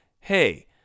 hey